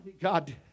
god